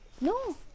no